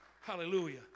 Hallelujah